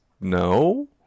No